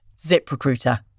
ZipRecruiter